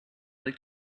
like